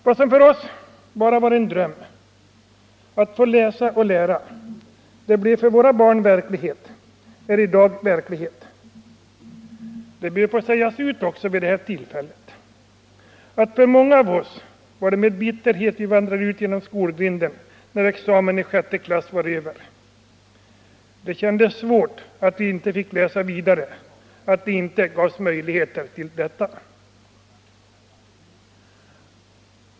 Vad som för oss bara var en dröm -— att få läsa och lära — blev för våra barn verklighet och är i dag verklighet. Det bör vid detta tillfälle också få sägas att många av oss med bitterhet vandrade ut genom skolgrinden när examen i sjätte klass var över. Det kändes svårt att det inte gavs möjligheter att läsa vidare.